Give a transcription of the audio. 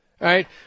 Right